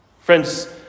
Friends